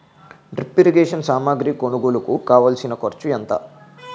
drip irrigation సామాగ్రి కొనుగోలుకు కావాల్సిన ఖర్చు ఎంత